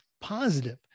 positive